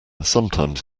sometimes